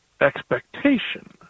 expectation